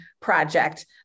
project